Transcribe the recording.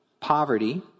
poverty